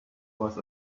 was